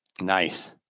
Nice